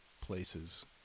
places